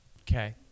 okay